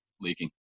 leaking